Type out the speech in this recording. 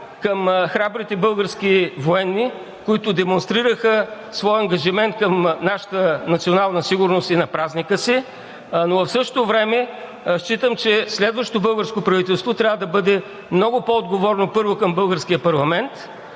към храбрите български военни, които демонстрираха своя ангажимент към нашата национална сигурност и на празника си, но в същото време считам, че следващото българско правителство трябва да бъде много по-отговорно, първо, към българския парламент,